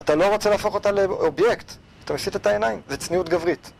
אתה לא רוצה להפוך אותה לאובייקט, אתה מסיט את העיניים, זה צניעות גברית